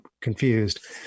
confused